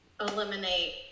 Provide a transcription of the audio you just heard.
eliminate